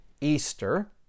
Easter